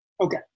Okay